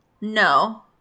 No